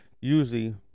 usually